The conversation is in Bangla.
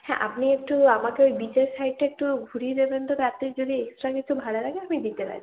হ্যাঁ আপনি একটু আমাকে ওই বিচের সাইডটা একটু ঘুরিয়ে দেবেন তো তাতে যদি এক্সট্রা কিছু ভাড়া লাগে আমি দিতে রাজি